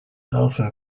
alpha